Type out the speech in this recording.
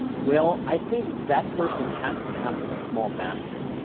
well, i think that person has to have a small basket.